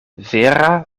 vera